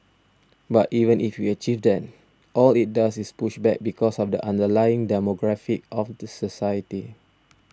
but even if we achieve that all it does is push back because of the underlying demographic of the society